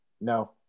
No